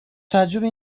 تعجبی